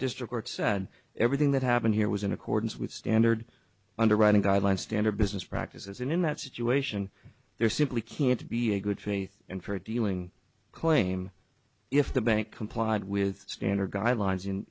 district said everything that happened here was in accordance with standard underwriting guidelines standard business practice as in in that situation there simply can't be a good faith and fair dealing claim if the bank complied with standard guidelines